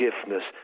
forgiveness